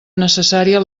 necessària